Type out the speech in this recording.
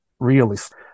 Realist